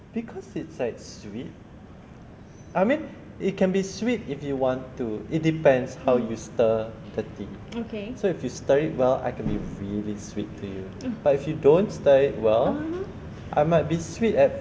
because it's like sweet I mean it can be sweet if you want to it depends on how you stir the tea so if you stir it well I can be really sweet to you but if you don't stir it well might be sweet at